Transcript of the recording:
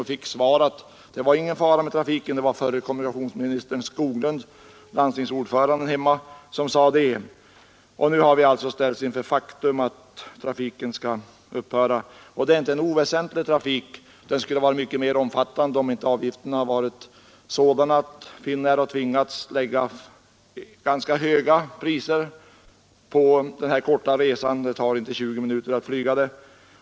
Jag fick till svar att det var ingen fara med trafiken — det var förre kommunikationsministern Skoglund, landstingets ordförande, som sade det. Nu har vi alltså ställts inför faktum att trafiken skall upphöra. Och det är inte någon oväsentlig trafik — den skulle vara mycket mer omfattande, om inte avgifterna hade varit sådana att Finnair har tvingats sätta ganska höga priser på den här korta resan, som inte tar 20 minuter.